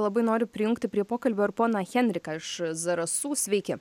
labai noriu prijungti prie pokalbio ir poną henriką iš zarasų sveiki